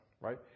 right